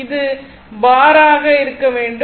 இது பார் இருக்க வேண்டும்